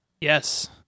Yes